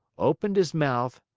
opened his mouth,